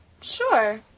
Sure